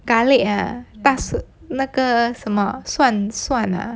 garlic ah 大那个什么蒜蒜啊